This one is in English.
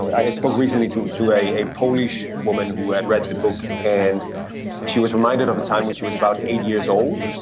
i spoke recently to to a polish woman who had read the book, and she was reminded of a time when she was about eight years old,